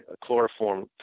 chloroform